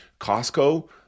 Costco